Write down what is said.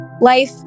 life